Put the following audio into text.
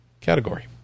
category